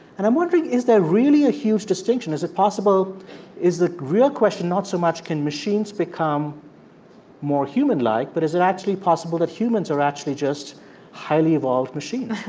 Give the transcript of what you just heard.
and i'm wondering, is there really a huge distinction? is it possible is the real question not so much can machines become more human-like, like but is it actually possible that humans are actually just highly evolved machines?